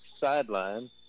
sideline